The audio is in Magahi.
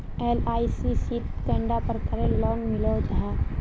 एल.आई.सी शित कैडा प्रकारेर लोन मिलोहो जाहा?